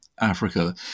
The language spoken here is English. Africa